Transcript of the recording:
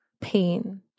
pain